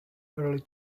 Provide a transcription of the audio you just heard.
early